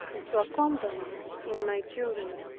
and to accompany me in my journey,